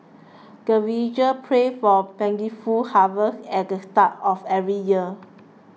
the villagers pray for plentiful harvest at the start of every year